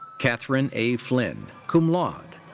kathryn a. flynn, cum laude.